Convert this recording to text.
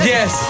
Yes